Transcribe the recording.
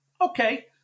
Okay